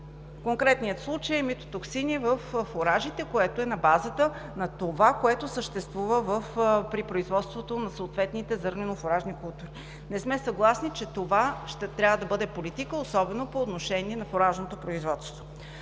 в конкретния случай – микотоксини във фуражите, което е на базата на това, което съществува при производството на съответните зърнено-фуражни култури. Не сме съгласни, че това ще трябва да бъде политика, особено по отношение на фуражното производство.